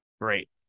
Great